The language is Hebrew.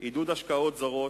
עידוד השקעות זרות,